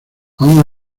aún